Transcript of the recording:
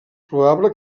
probable